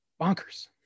bonkers